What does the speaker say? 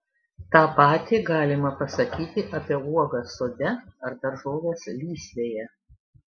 tą patį galima pasakyti apie uogas sode ar daržoves lysvėje